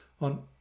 on